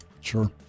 Sure